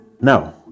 Now